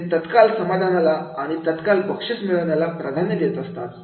ते तत्काल समाधानाला आणि तात्काळ बक्षीस मिळण्यास प्राधान्य देत असतात